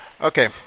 Okay